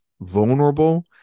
vulnerable